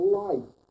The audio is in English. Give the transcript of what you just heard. life